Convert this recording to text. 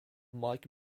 mike